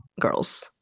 girls